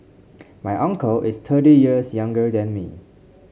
my uncle is thirty years younger than me